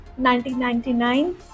1999